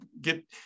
get